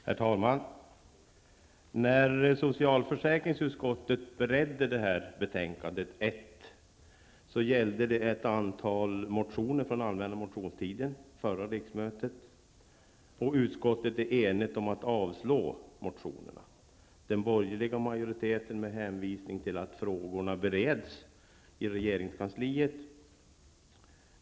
Herr talman! När socialförsäkringsutskottet beredde detta betänkande nr 1 gällde det ett antal motioner från allmänna motionstiden, förra riksmötet. Utskottet avstyrker motionerna enhälligt. Den borgerliga majoriteten hänvisar till att frågorna bereds i regeringskansliet.